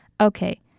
Okay